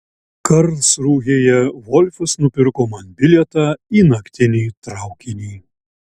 karlsrūhėje volfas nupirko man bilietą į naktinį traukinį